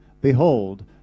behold